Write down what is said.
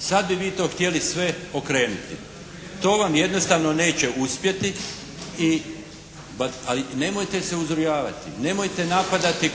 Sad bi vi to htjeli sve okrenuti. To vam jednostavno neće uspjeti, ali nemojte se uzrujavati, nemojte napadati